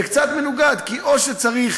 זה קצת מנוגד, כי או שצריך